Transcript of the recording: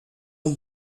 ont